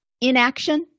inaction